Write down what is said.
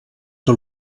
que